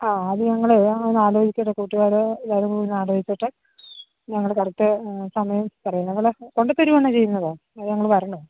ആ അത് ഞങ്ങൾ ഞങ്ങളൊന്ന് ആലോചിച്ചിട്ട് കൂട്ടുകാർ എല്ലാവരും കൂടി ഒന്ന് ആലോചിച്ചിട്ട് ഞങ്ങൾ കറക്റ്റ് സമയം പറയാം നിങ്ങൾ കൊണ്ട് തരുവാണോ ചെയ്യുന്നത് അതോ ഞങ്ങൾ വരണോ